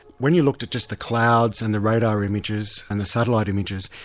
when you looked at just the clouds and the radar images and the satellite images,